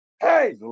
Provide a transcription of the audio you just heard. Hey